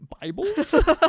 bibles